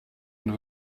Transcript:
and